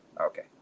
okay